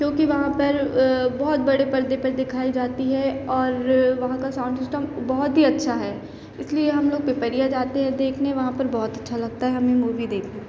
क्योंकि वहाँ पर बहुत बड़े पर्दे पर दिखाई जाती है और वहाँ का साउंड सिस्टम बहुत ही अच्छा है इसलिए हम लोग पिपरिया जाते हैं देखने वहाँ पर बहुत अच्छा लगता है हमें मूवी देखना